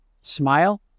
smile